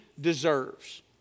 deserves